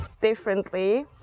differently